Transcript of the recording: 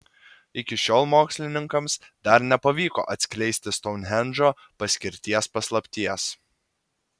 iki šiol mokslininkams dar nepavyko atskleisti stounhendžo paskirties paslapties